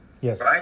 Yes